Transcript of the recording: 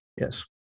yes